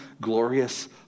glorious